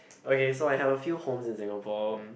okay so I have a few homes in Singapore